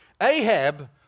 Ahab